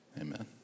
Amen